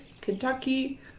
Kentucky